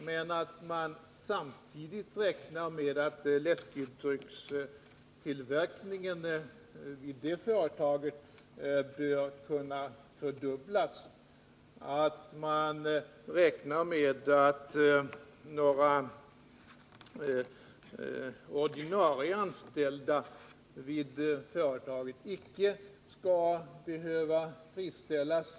Men samtidigt räknar man med att läskedryckstillverkningen vid detta företag kan fördubblas och att några ordinarie anställda inte skall behöva friställas.